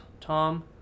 Tom